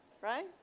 Right